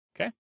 Okay